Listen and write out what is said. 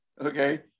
okay